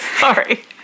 Sorry